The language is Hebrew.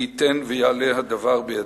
מי ייתן ויעלה הדבר בידינו.